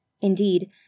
Indeed